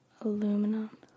aluminum